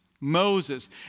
Moses